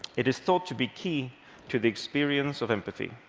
it is thought to be key to the experience of empathy.